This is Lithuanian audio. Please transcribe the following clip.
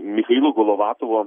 michailo golovatovo